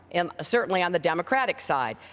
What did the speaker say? and certainly on the democratic side.